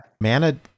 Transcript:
mana